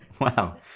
Wow